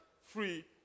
free